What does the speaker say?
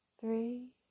three